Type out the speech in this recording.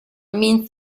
mean